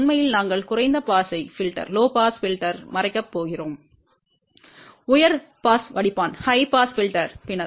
உண்மையில் நாங்கள் குறைந்த பாஸை மறைக்கப் போகிறோம் வடிகட்டி உயர் பாஸ் வடிப்பான் பின்னர்